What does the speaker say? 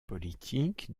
politiques